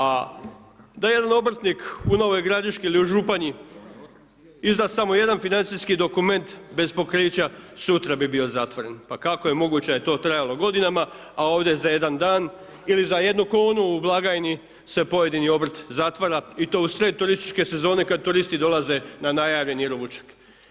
A da jedan obrtnik u Novoj Gradiški ili u Županji izda samo jedan financijski dokument bez pokrića, sutra bi bio zatvoren, pa kako je moguće da je to trajalo godinama, a ovdje za jedan dan, ili za jednu kunu u blagajni se pojedini obrt zatvara i to u sred turističke sezone kad turisti dolaze na najavljeni ručak.